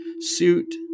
suit